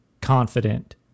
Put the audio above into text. confident